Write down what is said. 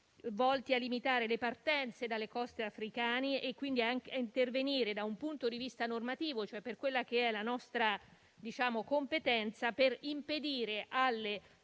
volti a limitare le partenze dalle coste africane e a intervenire da un punto di vista normativo, per quella che è la nostra competenza, per impedire alle